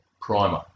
primer